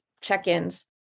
check-ins